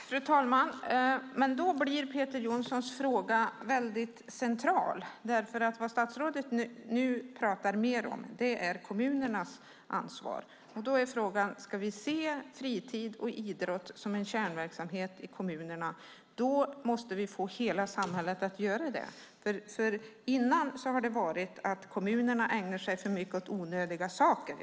Fru talman! Men då blir Peter Johnssons fråga väldigt central, för vad statsrådet nu pratar mer om är kommunernas ansvar. Frågan är: Ska vi se fritid och idrott som en kärnverksamhet i kommunerna? Då måste vi få hela samhället att göra det. Tidigare har kommunerna ägnat sig för mycket åt onödiga saker.